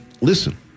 listen